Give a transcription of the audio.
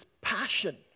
passion